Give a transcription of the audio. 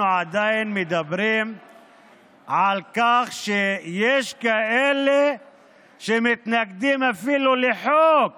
אנחנו עדיין מדברים על כך שיש כאלה שמתנגדים אפילו לחוק